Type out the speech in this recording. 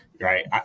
right